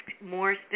more